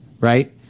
right